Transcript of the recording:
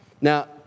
Now